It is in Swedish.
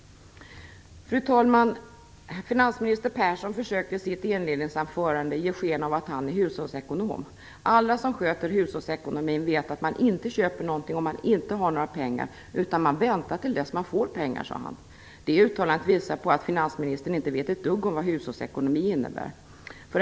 Fru talman! Finansminister Persson försökte i sitt inledningsanförande ge sken av att han är hushållsekonom. Alla som sköter hushållsekonomin vet att man inte köper någonting om man inte har några pengar, utan man väntar till dess man får pengar, sade han. Det uttalandet visar på att finansministern inte vet ett dugg om vad hushållsekonomi innebär.